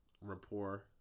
rapport